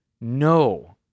no